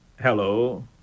Hello